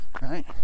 right